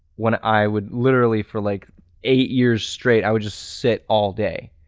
when i would literally for like eight years straight i would just sit all day,